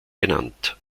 genannt